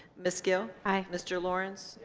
miss gill hi mr. lawrence,